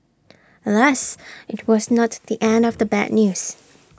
alas IT was not the end of the bad news